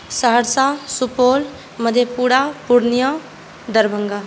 Saharsa Supaul Madhepura Purnia Darbhanga